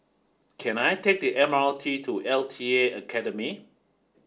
can I take the M R T to L T A Academy